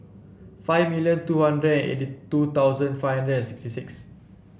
five million two hundred and eighty two thousand five hundred and sixty six